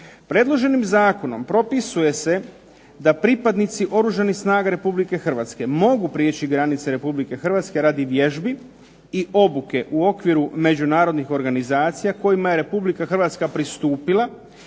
Predloženim zakonom propisuje se da pripadnici Oružanih snaga Republike Hrvatske mogu prijeći granice Republike Hrvatske radi vježbi i obuke u okviru međunarodnih organizacija kojima je Republike Hrvatska pristupila